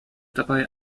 dabei